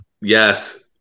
Yes